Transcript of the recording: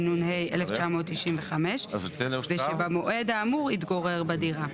התשנ"ה-1995 שבמועד האמור התגורר בדירה.".